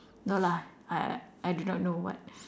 no lah I I do not know what